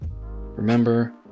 Remember